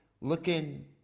looking